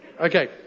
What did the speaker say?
Okay